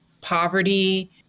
poverty